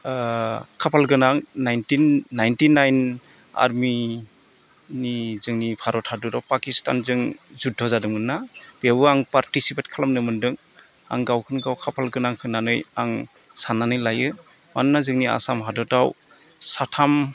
खाफाल गोनां nineteen ninety nine आर्मिनि जोंनि भारत हादराव पाकिस्तानजों जुद्ध' जादोंमोन्ना बेयाव आं पार्टिसिपेट खालामनो मोजां मोनदों आं गावखौनो गाव आं खाफाल गोनां होन्नानै आं सान्नानै लायो मानोना जोंनि आसाम हादोरआव साथाम